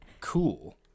cool